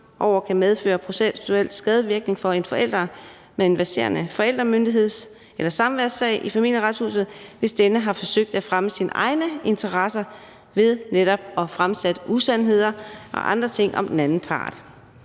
fremover kan medføre processuel skadevirkning for en forælder med en verserende samværssag i Familieretshuset, hvis denne har forsøgt at fremme sine egne interesser ved netop at fremsætte usandheder og andre ting om den anden part.